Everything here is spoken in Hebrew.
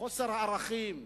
חוסר ערכים.